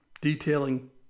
Detailing